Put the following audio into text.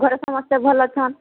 ଘରେ ସମସ୍ତେ ଭଲ ଅଛନ